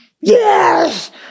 Yes